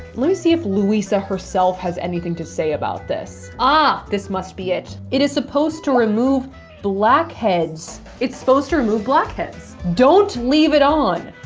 lemme see if louisa herself has anything to say about this. ah this must be it. it is supposed to remove blackheads it's supposed to remove don't leave it on!